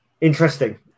interesting